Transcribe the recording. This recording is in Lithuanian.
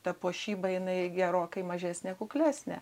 ta puošyba jinai gerokai mažesnė kuklesnė